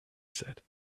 said